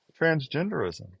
Transgenderism